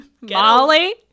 Molly